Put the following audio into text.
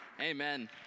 amen